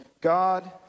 God